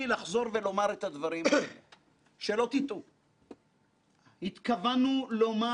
אל מול אלה שהיינו אמורים לומר כלפיהם דברים אישיים קשים,